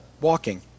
walking